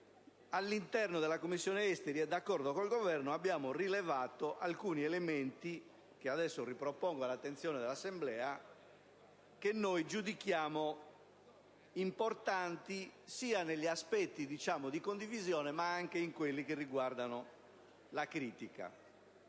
all'interno della 3a Commissione e d'accordo con il Governo, abbiamo rilevato alcuni elementi, che adesso ripropongo all'attenzione dell'Assemblea, che noi giudichiamo importanti, sia negli aspetti di condivisione, ma anche in quelli di critica.